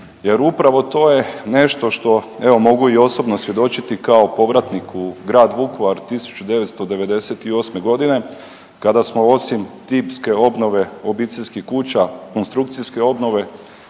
jer upravo to je nešto što, evo mogu i osobno svjedočiti kao povratnik u grad Vukovar 1998. kada smo osim tipske obnove obiteljskih kuća, konstrukcijske obnove,